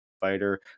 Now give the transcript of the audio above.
fighter